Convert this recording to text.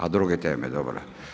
A druge teme, dobro.